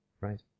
Right